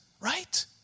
right